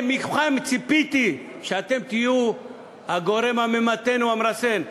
מכם ציפיתי שאתם תהיו הגורם הממתן או המרסן.